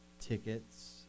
tickets